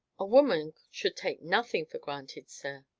a woman should take nothing for granted, sir.